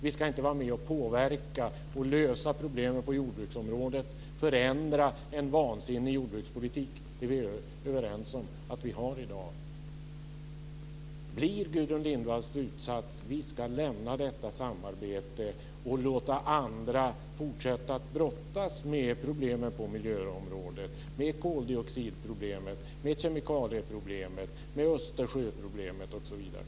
Vi ska inte vara med och påverka och lösa problemen på jordbruksområdet och förändra en vansinnig jordbrukspolitik, vilket vi är överens om att vi har i dag. Blir Gudrun Lindvalls slutsats att vi ska lämna detta samarbete och låta andra fortsätta att brottas med problemen på miljöområdet med koldioxidproblemet, med kemikalieproblemet, med Östersjöproblemet, osv.?